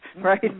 Right